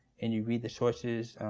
and you read the sources,